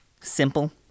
Simple